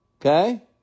Okay